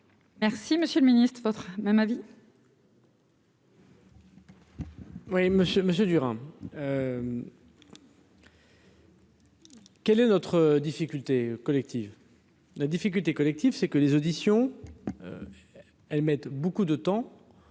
Merci, Monsieur le Ministre votre même avis.